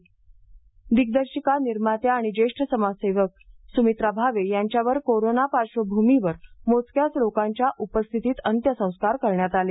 समित्रा भावे अंत्य संस्कार दिग्दर्शिका निर्मात्या आणि ज्येष्ठ समाजसेवक सुमित्रा भावे यांच्यावर कोरोनाच्या पार्श्वभुमीवर मोजक्याच लोकांच्या उपस्थितीत अंत्यसंस्कार करण्यात आले